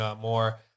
more